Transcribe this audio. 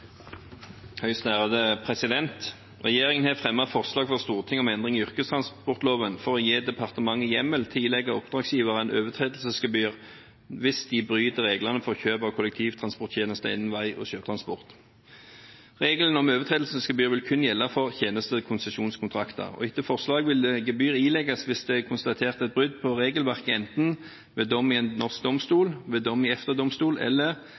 Regjeringen har fremmet forslag for Stortinget om endring i yrkestransportloven for å gi departementet hjemmel til å ilegge oppdragsgivere overtredelsesgebyr hvis de bryter reglene for kjøp av kollektivtransporttjenester innen vei- og sjøtransport. Reglene om overtredelsesgebyr vil kun gjelde for tjenestekonsesjonskontrakter, og etter forslaget vil gebyret ilegges hvis det er konstatert et brudd på regelverket, enten ved dom i en norsk domstol, ved dom i EFTA-domstolen, eller